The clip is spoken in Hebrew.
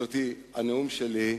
גברתי, הנאום שלי,